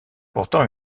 pourtant